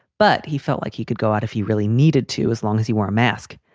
but he felt like he could go out if he really needed to as long as he wore a mask.